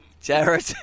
Jared